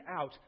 out